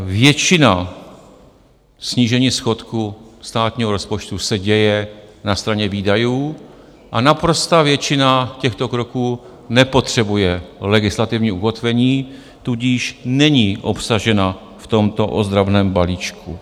Většina snížení schodku státního rozpočtu se děje na straně výdajů a naprostá většina těchto kroků nepotřebuje legislativní ukotvení, tudíž není obsažena v tomto ozdravném balíčku.